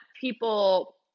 people